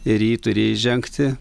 ir į jį turi įžengti